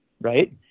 Right